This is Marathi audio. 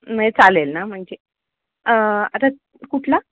नाही चालेल ना म्हणजे आता कुठला